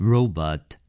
Robot